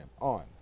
on